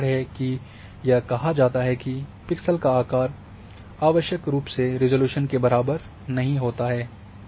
यही कारण है कि यह कहा जाता है कि पिक्सेल का आकार आवश्यक रूप से रिज़ॉल्यूशन के बराबर नहीं होता है